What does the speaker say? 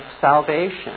salvation